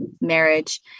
marriage